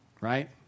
right